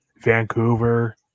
Vancouver